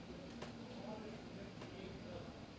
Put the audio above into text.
ya